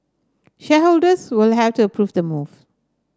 shareholders will have to approve the move